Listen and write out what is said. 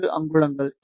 347 அங்குலங்கள்